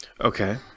okay